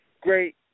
Great